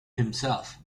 himself